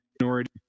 minority